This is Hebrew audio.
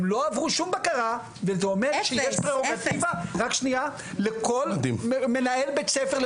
הם לא עברו שום בקרה וזה אומר שיש פררוגטיבה לכל מנהל בית ספר,